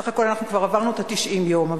סך הכול אנחנו כבר עברנו את ה-90 יום,